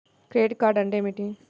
Credit card అంటే ఏమిటి?